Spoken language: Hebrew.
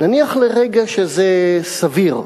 נניח לרגע שזה סביר,